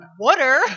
water